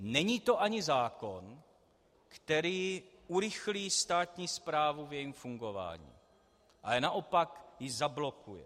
Není to ani zákon, který urychlí státní správu v jejím fungování, ale naopak ji zablokuje.